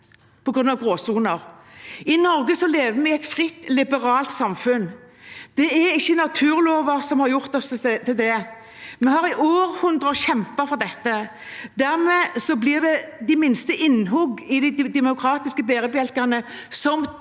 I Norge lever vi i et fritt, liberalt samfunn. Det er ikke naturlover som har gjort oss til det. Vi har i århundrer kjempet for dette. Dermed blir de minste innhugg i de demokratiske bærebjelkene, som